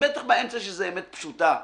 האמת היא פשוטה,